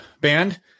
band